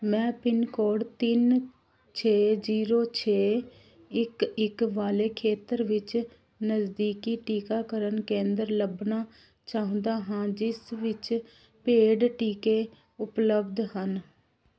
ਮੈਂ pin code ਤਿੰਨ ਛੇ ਜ਼ੀਰੋ ਛੇ ਇੱਕ ਇੱਕ ਵਾਲੇ ਖੇਤਰ ਵਿੱਚ ਨਜ਼ਦੀਕੀ ਟੀਕਾਕਰਨ ਕੇਂਦਰ ਲੱਭਣਾ ਚਾਹੁੰਦਾ ਹਾਂ ਜਿਸ ਵਿੱਚ ਪੇਡ ਟੀਕੇ ਉਪਲਬਧ ਹਨ